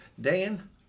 Dan